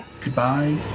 Goodbye